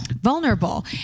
Vulnerable